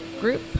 group